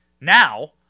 now